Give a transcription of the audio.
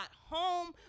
home